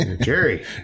Jerry